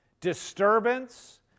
Disturbance